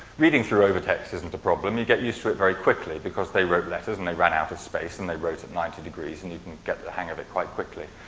reading through over text isn't a problem. you get use to it very quickly because they wrote letters and they ran out of space, and they wrote it ninety degrees and you can get the hang of it quite quickly.